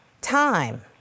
time